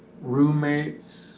roommates